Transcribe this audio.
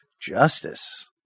justice